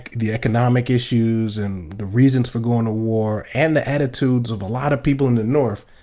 the economic issues and the reasons for going to war, and the attitudes of a lot of people in the north,